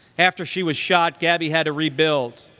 after she was shot, gabby had to rebuild,